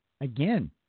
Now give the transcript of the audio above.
Again